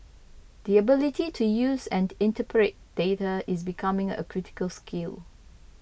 the ability to use and interpret data is becoming a critical skill